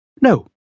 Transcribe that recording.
No